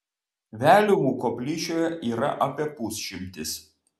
veliumų koplyčioje yra apie pusšimtis